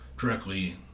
directly